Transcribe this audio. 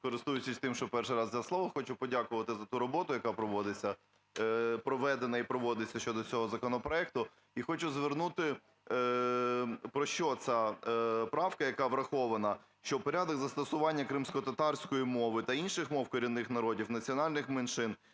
користуючись тим, що перший раз взяв слово, хочу подякувати за ту роботу, яка проводиться, проведена і проводиться щодо цього законопроекту, і хочу звернути, про що ця правка, яка врахована, що порядок застосування кримськотатарської мови та інших мов корінних народів, національних меншин